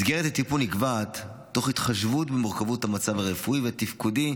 מסגרת הטיפול נקבעת תוך התחשבות במורכבות המצב הרפואי והתפקודי